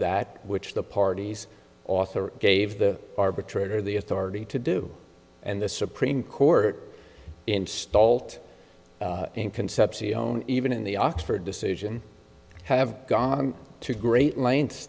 that which the parties author gave the arbitrator the authority to do and the supreme court installed in concepcion even in the oxford decision have gone to great lengths